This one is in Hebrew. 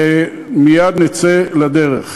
מייד נצא לדרך.